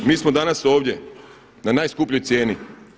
Mi smo danas ovdje na najskupljoj cijeni.